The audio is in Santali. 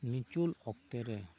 ᱱᱤᱪᱚᱞ ᱚᱠᱛᱮ ᱨᱮ